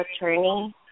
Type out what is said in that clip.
attorney